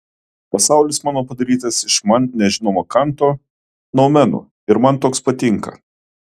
pasaulis mano padarytas iš man nežinomų kanto noumenų ir man toks patinka